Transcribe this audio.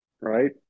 right